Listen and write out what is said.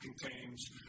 contains